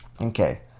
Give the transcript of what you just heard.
Okay